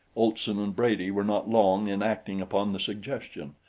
olson and brady were not long in acting upon the suggestion.